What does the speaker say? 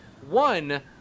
One